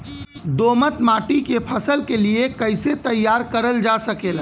दोमट माटी के फसल के लिए कैसे तैयार करल जा सकेला?